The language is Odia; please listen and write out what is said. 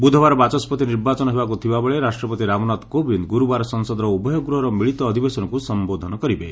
ବ୍ରଧବାର ବାଚସ୍କତି ନିର୍ବାଚନ ହେବାକୁ ଥିବାବେଳେ ରାଷ୍ଟ୍ରପତି ରାମନାଥ କୋବିନ୍ଦ ଗ୍ରର୍ବାର ସଂସଦର ଉଭୟ ଗ୍ରହର ମିଳିତ ଅଧିବେଶନକୁ ସମ୍ଘୋଧନ କରିବେ